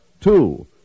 Two